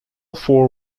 four